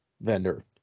vendor